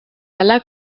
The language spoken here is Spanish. ala